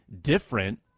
different